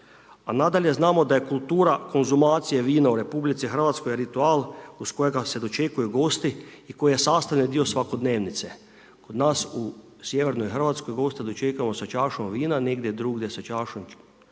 a nadalje znamo da je kultura konzumacije vina u RH, ritual uz kojega se dočekuju gosti i koji je sastavni dio svakodnevnice. Kod nas u sjevernoj Hrvatskoj, goste dočekujemo sa čašom vina, negdje drugdje sa čašom ili